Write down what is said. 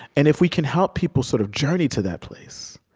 and if we can help people sort of journey to that place,